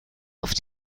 auf